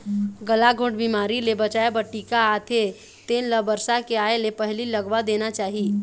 गलाघोंट बिमारी ले बचाए बर टीका आथे तेन ल बरसा के आए ले पहिली लगवा देना चाही